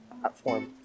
platform